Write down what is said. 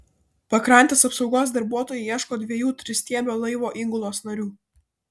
pakrantės apsaugos darbuotojai ieško dviejų tristiebio laivo įgulos narių